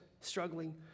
struggling